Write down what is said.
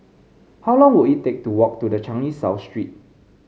how long will it take to walk to the Changi South Street